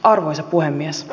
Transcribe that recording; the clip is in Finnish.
arvoisa puhemies